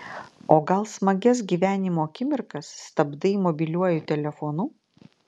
o gal smagias gyvenimo akimirkas stabdai mobiliuoju telefonu